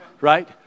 Right